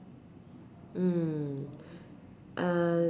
mm uh